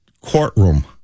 courtroom